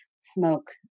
smoke